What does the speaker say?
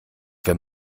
wenn